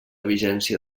vigència